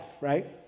right